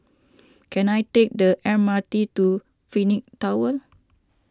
can I take the M R T to Phoenix Tower